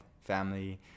family